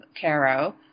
Caro